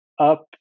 up